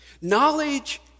Knowledge